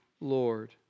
Lord